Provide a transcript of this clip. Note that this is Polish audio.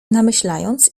namyślając